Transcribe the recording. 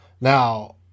Now